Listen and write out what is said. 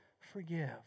forgive